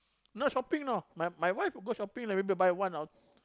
no shopping you know my my wife would go shopping like maybe buy one or